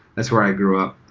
that's where i grew up.